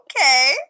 Okay